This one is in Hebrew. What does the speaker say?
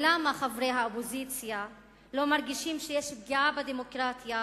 למה חברי האופוזיציה לא מרגישים שיש פגיעה בדמוקרטיה